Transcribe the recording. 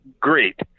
great